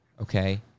Okay